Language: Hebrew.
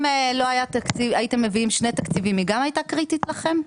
אם לא הייתם מביאים שני תקציבים היא גם הייתה קריטית לכם,